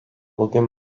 bugün